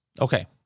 Okay